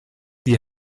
sie